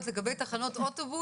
אם כולם עומדים על אותו האיקס.